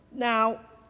now,